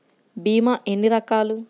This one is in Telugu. భీమ ఎన్ని రకాలు?